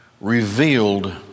revealed